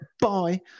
bye